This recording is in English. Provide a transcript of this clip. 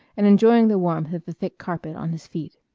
and enjoying the warmth of the thick carpet on his feet.